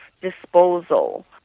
disposal